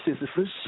Sisyphus